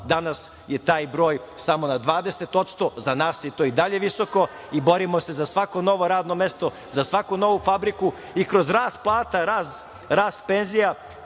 danas je taj broj samo na 20%, za nas je to i dalje visoko i borimo se za svako novo radno mesto, za svaku novu fabriku. I, kroz rast plata, rast penzija,